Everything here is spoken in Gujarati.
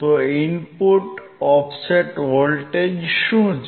તો ઇનપુટ ઓફસેટ વોલ્ટેજ શું છે